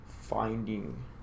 finding